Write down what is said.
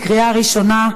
בקריאה ראשונה.